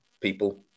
people